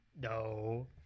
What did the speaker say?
No